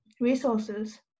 resources